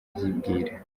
babyibwira